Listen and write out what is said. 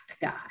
guy